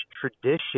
tradition